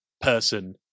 person